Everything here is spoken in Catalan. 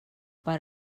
per